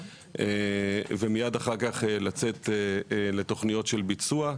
ומיד אחר כך לצאת לתכניות של ביצוע.